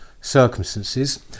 circumstances